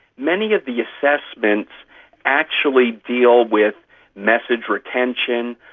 many of the assessments actually deal with message retention,